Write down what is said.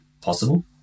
possible